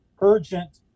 urgent